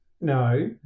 No